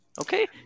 Okay